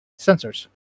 sensors